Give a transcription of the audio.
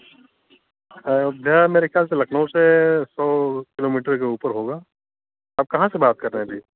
अयोध्या मेरे ख्याल से लखनऊ से सौ किलोमीटर के ऊपर होगा आप कहाँ से बात कर रहे हैं अभी